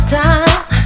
time